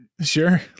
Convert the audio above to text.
Sure